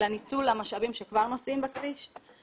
אלא ניצול המשאבים שכבר נוסעים בכביש.